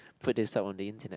put this up on the internet